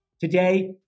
Today